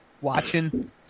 watching